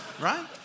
Right